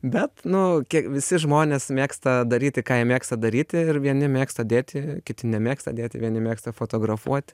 bet nu visi žmonės mėgsta daryti ką jie mėgsta daryti ir vieni mėgsta dėti kiti nemėgsta dėti vieni mėgsta fotografuoti